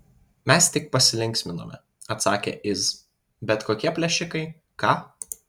mes tik pasilinksminome atsakė iz bet kokie plėšikai ką